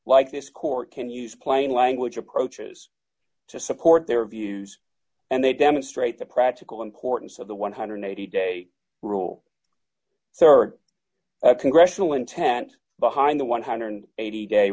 like this court can use plain language approaches to support their views and they demonstrate the practical importance of the one hundred and eighty dollars day rule sir congressional intent behind the one hundred and eighty day